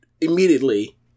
immediately